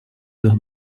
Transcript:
the